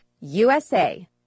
USA